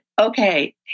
okay